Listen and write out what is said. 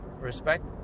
respect